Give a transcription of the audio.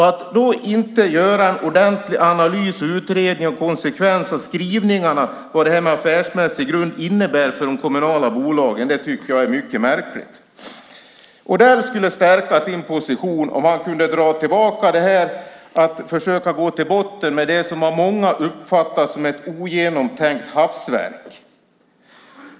Att då inte göra en ordentlig analys och utredning av konsekvensen av vad skrivningarna om affärsmässig grund innebär för de kommunala bolagen tycker jag är mycket märkligt. Odell skulle stärka sin position om han kunde dra tillbaka det här och försöka gå till botten med det som av många uppfattas som ett ogenomtänkt hafsverk.